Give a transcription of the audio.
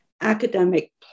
academic